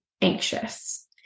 anxious